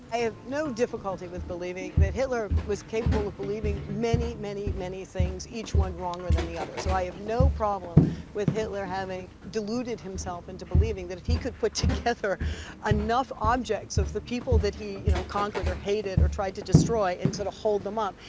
i have no difficulty with believing that hitler was capable of believing many, many, many things each one wronger than the other. so i have no problem with hitler having deluded himself into believing that if he could put together enough objects of the people that he, you know, conquered or hated or tried to destroy, and sort of hold them up,